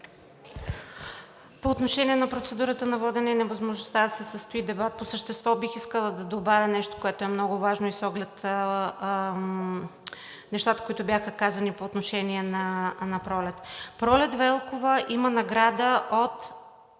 По отношение на процедурата на водене и невъзможността да се състои дебат, по същество бих искала да добавя нещо, което е много важно, и с оглед нещата, които бяха казани по отношение на Пролет. Пролет Велкова има награда от